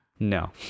no